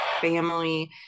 family